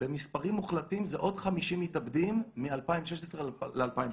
במספרים מוחלטים זה עוד 50 מתאבדים מ-2016 ל-2017.